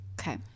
okay